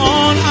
on